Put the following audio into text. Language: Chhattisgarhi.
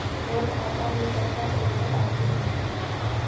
मोर खाता मे कतना पइसा बाचिस हे?